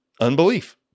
unbelief